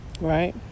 right